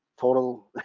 total